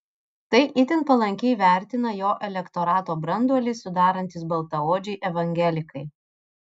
tai itin palankiai vertina jo elektorato branduolį sudarantys baltaodžiai evangelikai